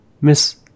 miss